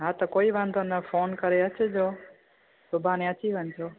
हा त कोई वांदो न फ़ोन करे अचिजो सुभाणे अची वञिजो